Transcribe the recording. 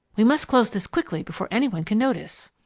we must close this quickly before any one can notice.